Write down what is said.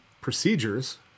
procedures